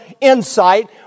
insight